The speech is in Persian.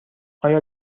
آیا